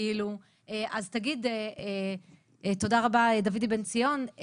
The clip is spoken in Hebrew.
תודה רבה דוידי בן ציון.